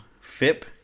Fip